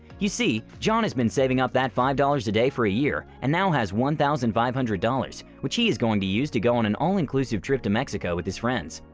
you see, john has been saving up that five dollars a day for a year and now has one thousand five hundred dollars which he is going to use to go on an all-inclusive trip to mexico with his friends.